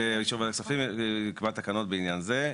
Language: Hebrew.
באישור וועדת כפסים, יקבע תקנות בעניין זה.